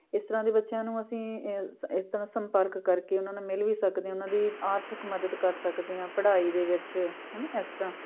ਇਸ ਤਰ੍ਹਾਂ ਦੇ ਬੱਚਿਆਂ ਨੂੰ ਅਸੀਂ ਇਸ ਤਰ੍ਹਾਂ ਸੰਪਰਕ ਕਰਕੇ ਉਹਨਾਂ ਨਾਲ ਮਿਲ ਵੀ ਸਕਦੇ ਹਾਂ ਉਹਨਾਂ ਦੀ ਆਰਥਿਕ ਮਦਦ ਕਰ ਸਕਦੇ ਹਾਂ ਪੜ੍ਹਾਈ ਦੇ ਵਿੱਚ ਹੈ ਨਾ ਇਸ ਤਰ੍ਹਾਂ